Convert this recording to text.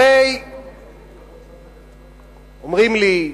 אומרים לי: